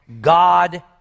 God